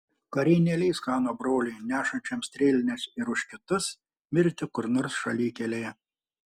kariai neleis chano broliui nešančiam strėlines ir už kitus mirti kur nors šalikelėje